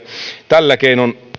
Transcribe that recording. tällä keinoin